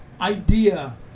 idea